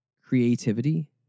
creativity